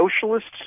socialists